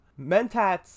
Mentats